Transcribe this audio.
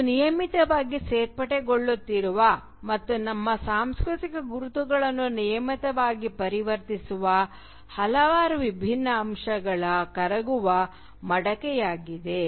ಇದು ನಿಯಮಿತವಾಗಿ ಸೇರ್ಪಡೆಗೊಳ್ಳುತ್ತಿರುವ ಮತ್ತು ನಮ್ಮ ಸಾಂಸ್ಕೃತಿಕ ಗುರುತುಗಳನ್ನು ನಿಯಮಿತವಾಗಿ ಪರಿವರ್ತಿಸುವ ಹಲವಾರು ವಿಭಿನ್ನ ಅಂಶಗಳ ಕರಗುವ ಮಡಕೆಯಾಗಿದೆ